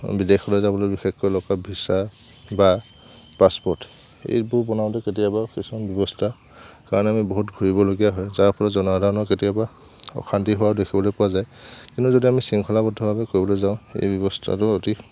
বিদেশলৈ যাবলৈ বিশেষকৈ লগত ভিছা বা পাছপৰ্ট এইবোৰ বনাওঁতে কেতিয়াবা কিছুমান ব্যৱস্থা কাৰণ আমি বহুত ঘূৰিবলগীয়া হয় যাৰ ফলত জনসাধাৰণৰ কেতিয়াবা অশান্তি হোৱাও দেখিবলৈ পোৱা যায় কিন্তু যদি আমি শৃংখলাবদ্ধভাৱে কৰিবলৈ যাওঁ এই ব্যৱস্থাটো অতি